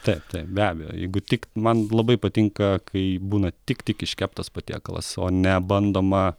taip taip be abejo jeigu tik man labai patinka kai būna tik tik iškeptas patiekalas o ne bandoma